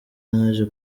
naje